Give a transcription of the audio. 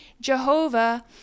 Jehovah